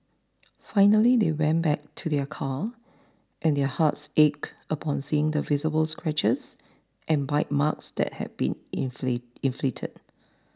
finally they went back to their car and their hearts ached upon seeing the visible scratches and bite marks that had been inflicted